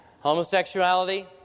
...homosexuality